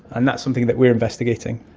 and that's something that we are investigating.